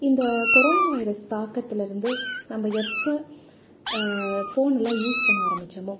இந்த corona virus தாக்கத்திலருந்து நம்ம எப்போ ஃபோனெலாம் யூஸ் பண்ண ஆரம்பித்தோமோ